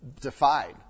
defied